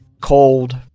cold